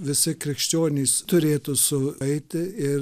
visi krikščionys turėtų sueiti ir